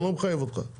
אני לא מחייב אותך.